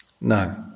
No